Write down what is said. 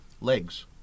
legs